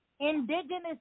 Indigenous